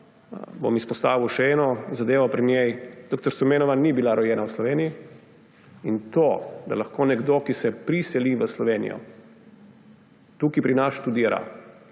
bom izpostavil še eno zadevo pri njej. Dr. Stojmenova ni bila rojena v Sloveniji in to, da lahko nekdo, ki se priseli v Slovenijo, tukaj pri nas študira,